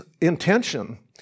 intention